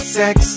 sex